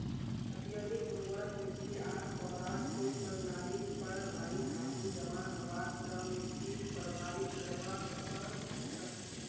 अत्यधिक उर्वरक मिट्टी आर पौधार के प्रणालीत पर भारी धातू जमा हबार स मिट्टीक प्रभावित करवा सकह छह